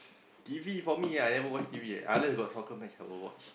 T_V for me I never watch T_V unless got soccer match I'll watch